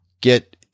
get